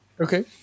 Okay